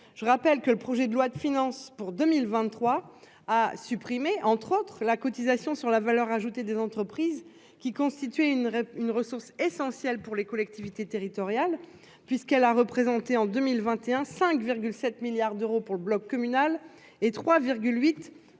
Je rappelle que le projet de loi de finances pour 2023 à supprimer, entre autres, la cotisation sur la valeur ajoutée des entreprises qui constituait une une ressource essentielle pour les collectivités territoriales, puisqu'elle a représenté en 2021 5,7 milliards d'euros pour le bloc communal et 3 8 pour les